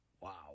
Wow